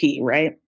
right